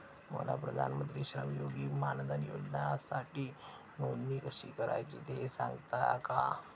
मला प्रधानमंत्री श्रमयोगी मानधन योजनेसाठी नोंदणी कशी करायची ते सांगता का?